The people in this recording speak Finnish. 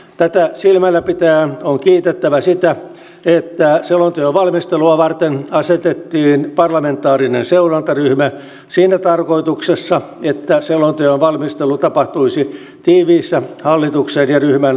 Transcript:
tätä silmällä pitäen on kiitettävä siitä että selonteon valmistelua varten asetettiin parlamentaarinen seurantaryhmä siinä tarkoituksessa että selonteon valmistelu tapahtuisi tiiviissä hallituksen ja ryhmän vuorovaikutuksessa